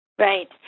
Right